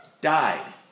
died